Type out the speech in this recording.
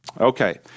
Okay